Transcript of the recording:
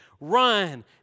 Run